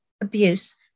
abuse